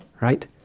right